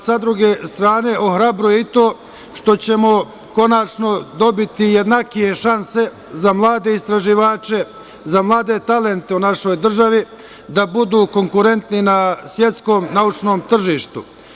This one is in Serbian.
Sa druge strane, ohrabruje i to što ćemo konačno dobiti jednake šanse za mlade istraživače, za mlade talente u našoj državi, da budu konkurentni na svetskom naučnom tržištu.